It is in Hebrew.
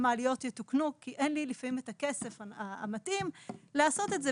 המעליות יתוקנו כי לפעמים אין לי את הכסף המתאים לעשות את זה.